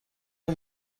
اون